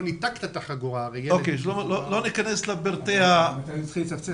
ניתקת את החגורה --- אז יתחיל לצפצף?